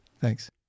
Thanks